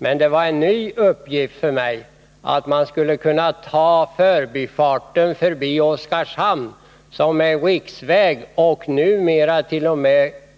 Men det var en ny uppgift för mig att man i förbifarten skulle kunna ta vägen över Oskarshamn, som är en riksväg, numera t.o.m.